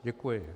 Děkuji.